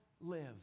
live